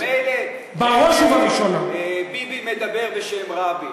מילא ביבי מדבר בשם רבין,